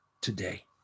today